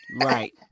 Right